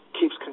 keeps